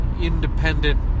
independent